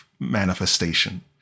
Manifestation